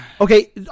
Okay